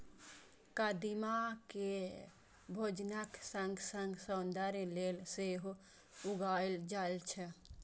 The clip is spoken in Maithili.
कदीमा कें भोजनक संग संग सौंदर्य लेल सेहो उगायल जाए छै